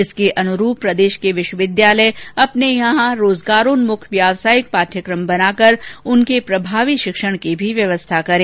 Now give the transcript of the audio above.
इसके अनुरूप प्रदेश के विश्वविद्यालय अपने यहां रोजगारोन्मुख व्यावसायिक पाठ्यक्रम बनाकर उनके प्रभावी शिक्षण की भी व्यवस्था करें